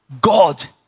God